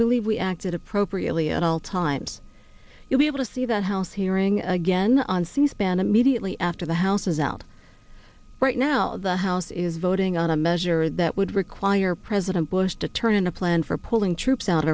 believe we acted appropriately at all times you'll be able to see the house hearing again on c span immediately after the house is out right now the house is voting on a measure that would require president bush to turn in a plan for pulling troops out